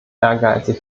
ehrgeizig